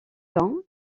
fin